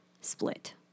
split